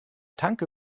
tanke